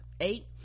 Eight